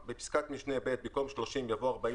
; בפסקת משנה (ב), במקום "30״ יבוא "45"